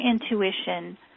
intuition